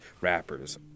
rappers